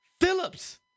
Phillips